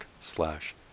slash